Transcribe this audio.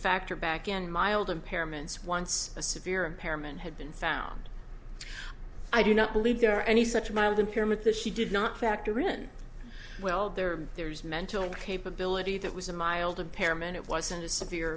factor back in mild impairments once a severe impairment had been found i do not believe there are any such mild impairment that she did not factor in well there there's mental incapability that was a mild of pearman it wasn't as severe